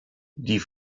die